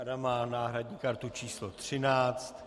Adam má náhradní kartu číslo 13.